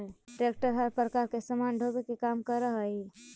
tractor हर प्रकार के सामान ढोवे के काम करऽ हई